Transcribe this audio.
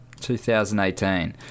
2018